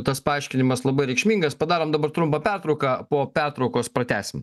tas paaiškinimas labai reikšmingas padarom dabar trumpą pertrauką po pertraukos pratęsim